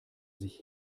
sich